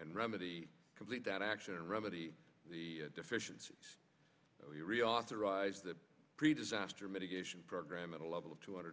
and remedy complete that action and remedy the deficiencies reauthorize the pre disaster mitigation program at a level of two hundred